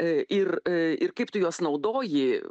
ir i ir kaip tu juos naudoji